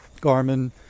Garmin